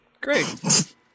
great